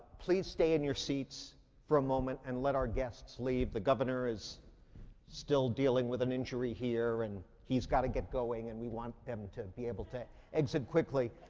please stay in your seats for a moment and let our guests leave. the governor is still dealing with an injury here and he's got to get going and we want them to be able to exit quickly.